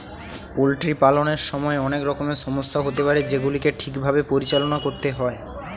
poultry পালনের সময় অনেক রকমের সমস্যা হতে পারে যেগুলিকে ঠিক ভাবে পরিচালনা করতে হয়